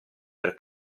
per